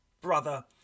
brother